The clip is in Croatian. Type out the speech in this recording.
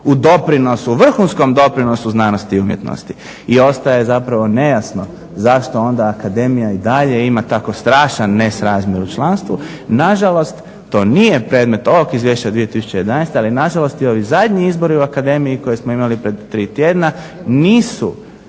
u vrhunskom doprinosu znanosti i umjetnosti. I ostaje zapravo nejasno zašto onda akademija i dalje ima tako strašan nesrazmjer u članstvu, nažalost to nije predmet ovog izvješća 2011. ali nažalost i ovi zadnji izbori u akademiji koji smo imali prije tri tjedna nisu